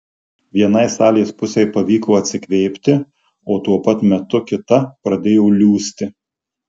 vienai salės pusei pavyko atsikvėpti o tuo pat metu kita pradėjo liūsti